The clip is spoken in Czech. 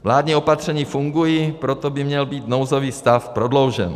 Vládní opatření fungují, proto by měl být nouzový stav prodloužen.